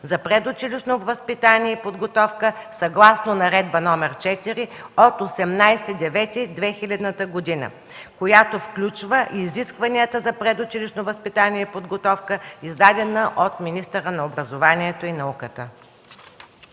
за предучилищно възпитание и подготовка, съгласно Наредба № 4 от 18 септември 2000 г., която включва изискванията за предучилищно възпитание и подготовка, издадена от министъра на образованието и науката.